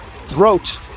throat